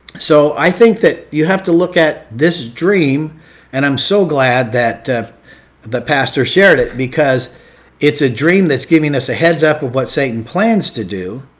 so i think that you have to look at this dream and i'm so glad that the pastor shared it because it's a dream that's giving us a heads up of what satan plans to do.